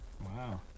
wow